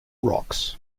rocks